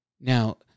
Now